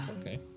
Okay